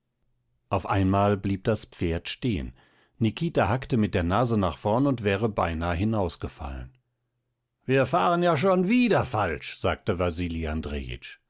auf einmal blieb das pferd stehen nikita hackte mit der nase nach vorn und wäre beinahe hinausgefallen wir fahren ja schon wieder falsch sagte wasili